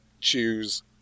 choose